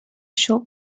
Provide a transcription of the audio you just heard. short